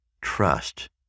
trust